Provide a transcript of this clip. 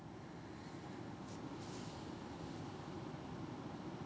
ya because really cannot because the I uh I was adjusting myself on the chair for very long